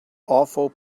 awful